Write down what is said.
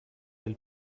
del